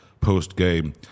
post-game